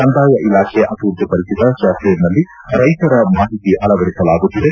ಕಂದಾಯ ಇಲಾಖೆ ಅಭಿವೃದ್ದಿಪಡಿಸಿದ ಸಾಫ್ಟ್ವೇರ್ನಲ್ಲಿ ರೈತರ ಮಾಹಿತಿ ಅಳವಡಿಸಲಾಗುತ್ತಿದೆ